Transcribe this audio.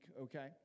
okay